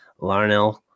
Larnell